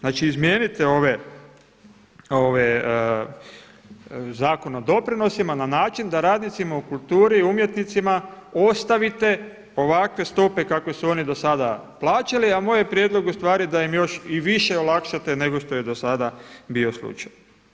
Znači izmijenite ove, Zakon o doprinosima na način da radnicima u kulturi i umjetnicima ostavite ovakve stope kakve su oni do sada plaćali a moj je prijedlog ustvari da im još i više olakšate nego što je do sada bio slučaj.